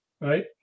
Right